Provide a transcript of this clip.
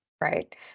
Right